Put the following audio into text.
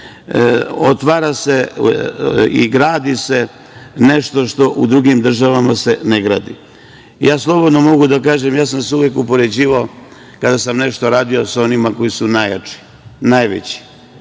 se i gradi se nešto što u drugim državama se ne gradi. Slobodno mogu reći, uvek sam se upoređivao, kada sam nešto radio, sa onima koji su najjači, najveći,